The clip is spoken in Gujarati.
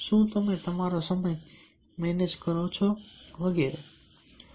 શું તમે તમારો સમય ને મેનેજ કરો છો